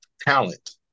talent